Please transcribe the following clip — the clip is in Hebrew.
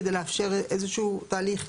כדי לאפשר איזה שהוא תהליך,